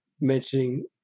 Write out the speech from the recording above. mentioning